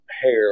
hair